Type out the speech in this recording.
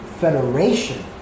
Federation